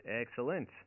Excellent